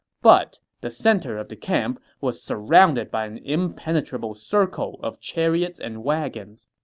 but the center of the camp was surrounded by an impenetrable circle of chariots and wagons.